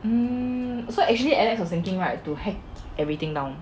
mm so actually alex was thinking right to hack everything down